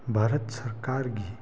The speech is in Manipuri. ꯚꯥꯔꯠ ꯁꯔꯀꯥꯔꯒꯤ